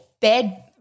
bed